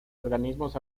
organismos